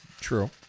True